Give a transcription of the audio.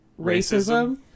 racism